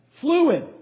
fluid